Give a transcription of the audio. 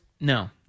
No